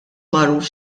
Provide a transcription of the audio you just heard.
magħruf